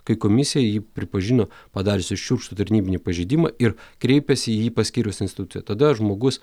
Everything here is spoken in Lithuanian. kai komisija jį pripažino padariusį šiurkštų tarnybinį pažeidimą ir kreipėsi į jį paskyrusią instituciją tada žmogus